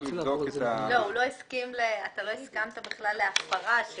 לסכומים גבוהים יותר אנחנו לא מתנגדים.